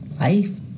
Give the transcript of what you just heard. life